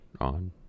on